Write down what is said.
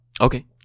Okay